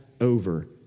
over